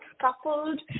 coupled